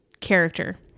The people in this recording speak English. character